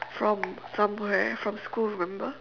from somewhere from school remember